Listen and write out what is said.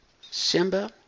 Simba